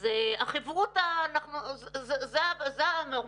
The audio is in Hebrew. אז החברותא, זה המרפא.